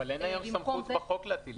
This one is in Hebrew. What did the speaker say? אין היום סמכות בחוק להטיל עיצומים.